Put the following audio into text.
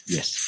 Yes